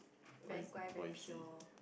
very 乖: guai very pure